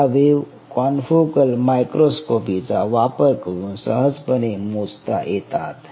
या wave confocal microscopy चा वापर करून सहजपणे मोजता येतात